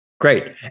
great